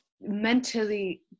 mentally